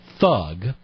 thug